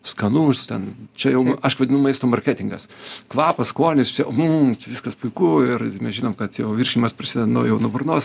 skanu ten čia jau aš vadinu maisto marketingas kvapas skonis čia mhu viskas puiku ir mes žinom kad jau virškinimas prasideda nuo jau nuo burnos